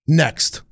next